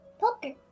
poker